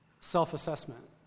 self-assessment